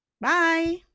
bye